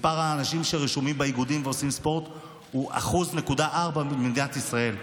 מספר האנשים שרשומים באיגודים ועושים ספורט הוא 1.4% במדינת ישראל.